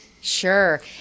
Sure